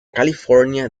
california